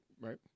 right